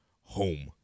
Home